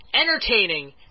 entertaining